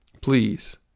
Please